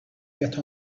get